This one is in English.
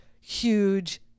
huge